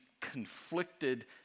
conflicted